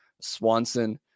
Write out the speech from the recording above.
Swanson